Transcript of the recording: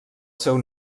seu